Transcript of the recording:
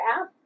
app